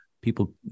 people